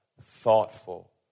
thoughtful